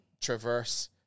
traverse